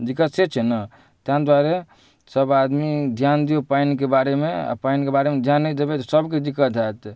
दिक्कत से छै ने ताहि दुआरे सभआदमी धिआन दिऔ पानिके बारेमे आओर पानिके बारेमे धिआन नहि देबै तऽ सभके दिक्कत हैत